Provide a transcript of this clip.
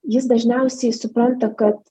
jis dažniausiai supranta kad